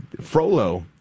Frollo